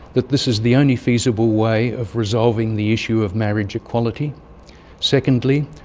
that this is the only feasible way of resolving the issue of marriage equality secondly,